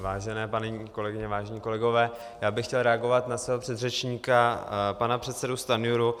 Vážené paní kolegyně, vážení kolegové, já bych chtěl reagovat na svého předřečníka pana předsedu Stanjuru.